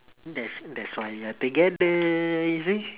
that that's why we are together you see